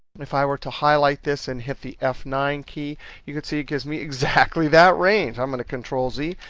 if i were to highlight this and hit the f nine, key you can see it gives me exactly that range, i'm going to ctrl z.